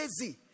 lazy